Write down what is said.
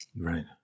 Right